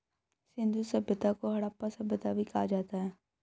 सिंधु सभ्यता को हड़प्पा सभ्यता भी कहा जाता है